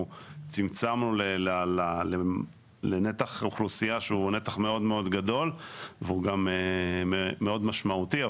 אנחנו צמצמנו לנתח אוכלוסייה שהוא נתח מאוד גדול והוא גם מאוד משמעותי,